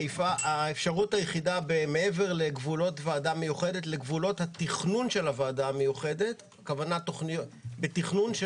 האפשרות היחידה מעבר לגבולות התכנון של הוועדה מיוחדת בתכנון של